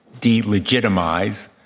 delegitimize